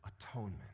atonement